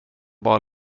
bara